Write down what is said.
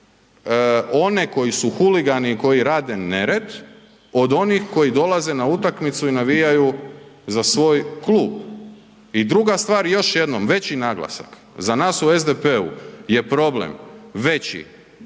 one koji su huligani i koji rade nered od onih koji dolaze na utakmicu i navijaju za svoj klub. I druga stvar još jednom, veći naglasak za nas u SDP-u je problem veći